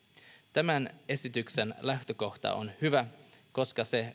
tämän esityksen lähtökohta on hyvä koska se